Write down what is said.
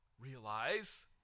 realize